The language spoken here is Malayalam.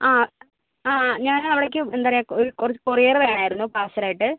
ആ ആ ഞങ്ങൾ അവിടേക്ക് എന്താ പറയുക ഒരു കൊ കൊറിയറ് പറയാൻ ആയിരുന്നു പാർസൽ ആയിട്ട്